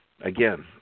again